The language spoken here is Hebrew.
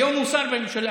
היום הוא שר בממשלה.